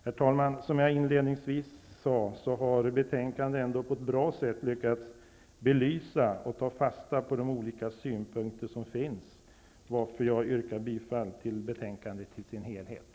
Herr talman! Som jag inledningsvis sade har utskottet i betänkandet ändå på ett bra sätt lyckats belysa och ta fasta på de olika synpunkter som finns, varför jag yrkar bifall till utskottets hemställan på samtliga punkter.